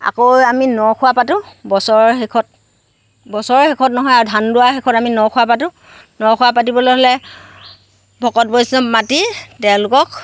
আকৌ আমি ন খোৱা পাতোঁ বছৰৰ শেষত বছৰৰ শেষত নহয় আৰু ধান দোৱাৰ শেষত আমি ন খোৱা পাতোঁ ন খোৱা পাতিবলৈ হ'লে ভকত বৈষ্ণৱ মাতি তেওঁলোকক